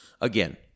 Again